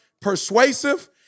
persuasive